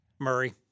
Murray